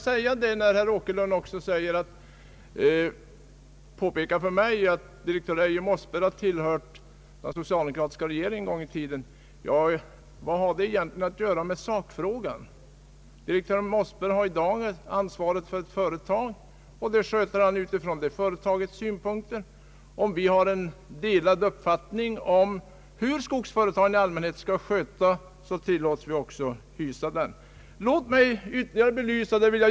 Herr Åkerlund påpekade för mig att direktör Eje Mossberg tillhört den socialdemokratiska regeringen en gång i tiden. Jag vill då fråga: Vad har det egentligen att göra med sakfrågan? Direktör Mossberg har i dag ansvar för ett företag, som han sköter från det företagets synpunkter. Om vi har en delad uppfattning om hur skogsföretag i allmänhet skall skötas, må vi också tilllåtas ha det.